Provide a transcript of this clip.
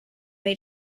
may